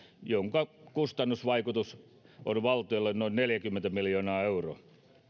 jonka kustannusvaikutus on valtiolle noin neljäkymmentä miljoonaa euroa